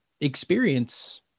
experience